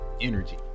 Energy